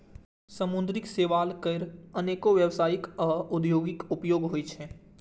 समुद्री शैवाल केर अनेक व्यावसायिक आ औद्योगिक उपयोग होइ छै